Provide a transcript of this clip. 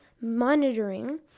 monitoring